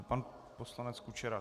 Pan poslanec Kučera?